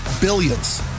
Billions